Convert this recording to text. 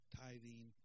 tithing